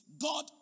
God